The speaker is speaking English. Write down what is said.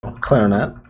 Clarinet